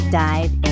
dive